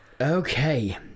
Okay